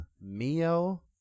Mio